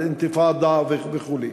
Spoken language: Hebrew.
אינתיפאדה וכו'.